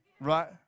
right